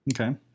Okay